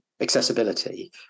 accessibility